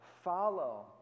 follow